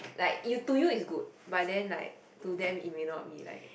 like to you it's good but like to them it may not be like